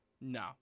No